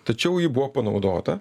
tačiau ji buvo panaudota